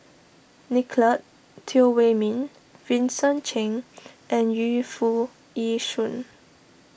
Nicolette Teo Wei Min Vincent Cheng and Yu Foo Yee Shoon